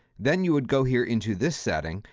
then you would go here into this setting,